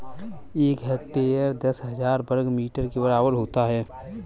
एक हेक्टेयर दस हजार वर्ग मीटर के बराबर होता है